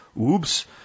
Oops